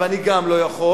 אבל אני גם לא יכול,